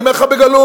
אני אומר לך בגלוי: